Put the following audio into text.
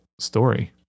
story